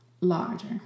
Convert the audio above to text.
larger